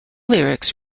lyrics